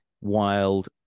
wild